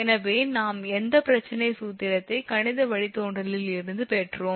எனவே நாம் எந்த பிரச்சனை சூத்திரத்தையும் கணித வழித்தோன்றலில் இருந்து பெற்றோம்